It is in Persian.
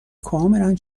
کاملا